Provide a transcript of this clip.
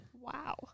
Wow